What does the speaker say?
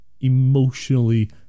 Emotionally